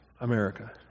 America